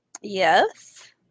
Yes